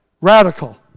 radical